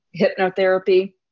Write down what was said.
hypnotherapy